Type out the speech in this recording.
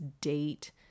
date